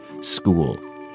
School